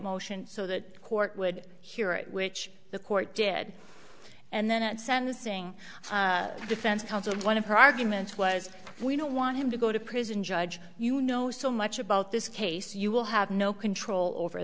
motion so that court would hear it which the court did and then at sentencing the defense counsel one of her arguments was we don't want him to go to prison judge you know so much about this case you will have no control over